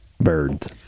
birds